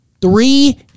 Three